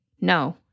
No